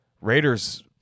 Raiders